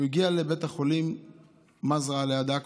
הוא הגיע לבית החולים מזרע, ליד עכו,